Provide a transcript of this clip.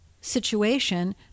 situation